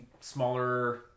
smaller